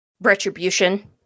retribution